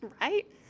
Right